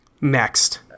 Next